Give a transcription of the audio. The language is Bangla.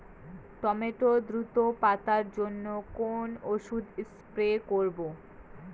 টমেটো দ্রুত পাকার জন্য কোন ওষুধ স্প্রে করব?